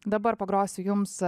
dabar pagrosiu jums